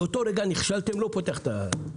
באותו רגע נכשלתם, אני לא פותח את המצגת.